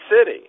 city